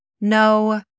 no